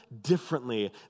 differently